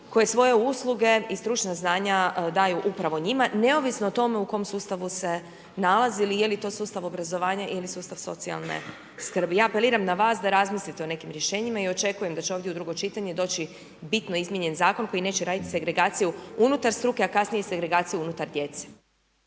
koje svoje usluge i stručna znanja daju upravo njima, neovisno o tome, u kojem sustavu se nalazili i je li to sustav obrazovanja ili sustav socijalne skrbi. Ja apeliram na vas, da razmislite o nekim rješenjima i očekujem da će ovdje u drugo čitanje doći bitno izmijenjen zakon, koji neće raditi agregaciju unutar struke, a kasnije se agregaciju unutar djece.